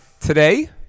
Today